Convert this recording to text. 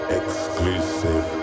exclusive